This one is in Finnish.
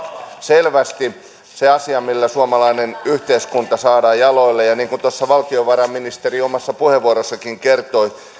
selvästi se asia millä suomalainen yhteiskunta saadaan jaloilleen ja niin kuin tuossa valtiovarainministeri omassa puheenvuorossaankin kertoi